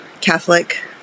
Catholic